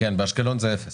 באשקלון זה אפס.